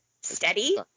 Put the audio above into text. steady